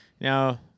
Now